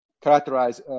characterize